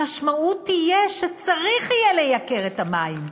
המשמעות תהיה שיהיה צריך לייקר את המים,